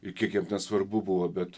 ir kiek jiem ten svarbu buvo bet